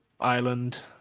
Island